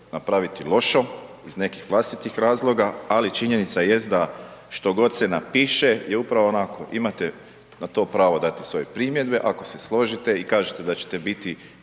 napraviti lošom iz nekih vlastitih razloga, ali činjenica jest da što god se napiše je upravo onako, imate na to pravo dati svoje primjedbe, ako se složite i kažete da ćete biti